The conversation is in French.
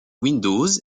windows